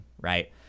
right